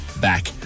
back